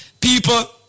People